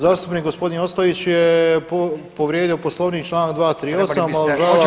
Zastupnik gospodin Ostojić je povrijedio Poslovnik Članak 238.